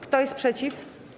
Kto jest przeciw?